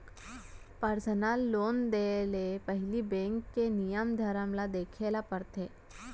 personal loan देय ले पहिली बेंक के नियम धियम ल देखे ल परथे